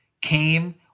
came